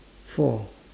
four